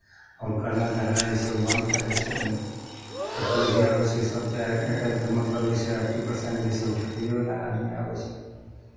आओर करनाइ धरनाइ जे छै ओ बन्द कए दै छै एहिमे तऽ कोइ भी आबै छै सभ जे आइ काल्हि तऽ मतलब जे छै एटी परसेंट जे छै ओ ठकैएवला आदमी आबै छै